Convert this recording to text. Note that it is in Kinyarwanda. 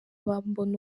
bambona